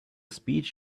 speech